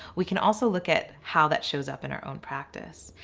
we can also look at how that shows up in our own practice.